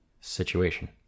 situation